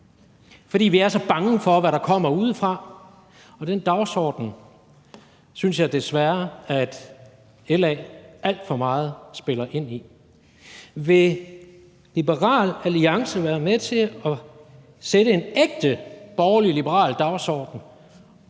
fordi vi er så bange for, hvad der kommer udefra, og den dagsorden synes jeg desværre at LA alt for meget spiller ind i. Vil Liberal Alliance være med til at sætte en ægte borgerlig-liberal dagsorden